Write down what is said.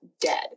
dead